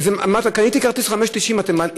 קניתי כרטיס ב-5.9 שקלים,